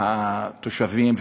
והתושבים,